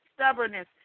stubbornness